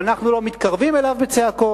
ואנחנו לא מתקרבים אליו בצעקות,